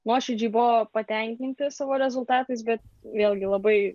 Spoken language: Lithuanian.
nuoširdžiai buvo patenkinti savo rezultatais bet vėlgi labai